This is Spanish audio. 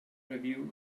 review